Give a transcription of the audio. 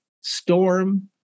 Storm